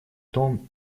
том